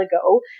ago